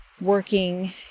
working